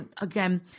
again